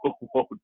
whoa